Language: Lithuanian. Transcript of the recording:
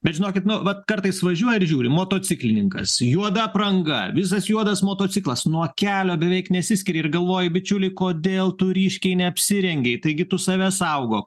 bet žinokit nu vat kartais važiuoja ir žiūri motociklininkas juoda apranga visas juodas motociklas nuo kelio beveik nesiskiria ir galvoji bičiuli kodėl tu ryškiai neapsirengei taigi tu save saugok